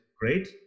great